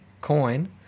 coin